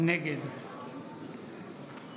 נגד